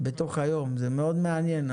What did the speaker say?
בתוך היום, זה מאוד מעניין.